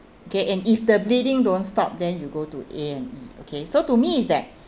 okay and if the bleeding don't stop then you go to A and E okay so to me is that